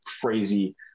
crazy